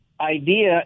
idea